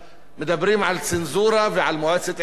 מדברים על צנזורה ועל מועצת עיתונות,